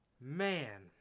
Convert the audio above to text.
Man